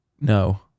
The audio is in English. No